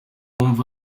wumve